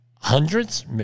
hundreds